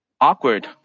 awkward